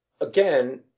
Again